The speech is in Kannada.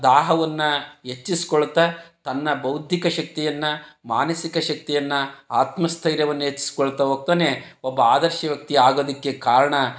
ದಾಹವನ್ನು ಹೆಚ್ಚಿಸ್ಕೊಳ್ತಾ ತನ್ನ ಬೌದ್ದಿಕ ಶಕ್ತಿಯನ್ನು ಮಾನಸಿಕ ಶಕ್ತಿಯನ್ನು ಆತ್ಮ ಸ್ಥೈರ್ಯವನ್ನ ಹೆಚ್ಚಿಸ್ಕೊಳ್ತಾ ಹೋಗ್ತಾನೆ ಒಬ್ಬ ಆದರ್ಶ ವ್ಯಕ್ತಿ ಆಗೋದಕ್ಕೆ ಕಾರಣ